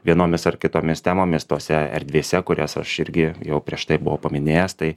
vienomis ar kitomis temomis tose erdvėse kurias aš irgi jau prieš tai buvo paminėjęs tai